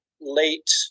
late